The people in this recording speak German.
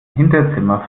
hinterzimmer